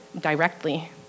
directly